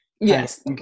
Yes